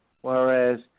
whereas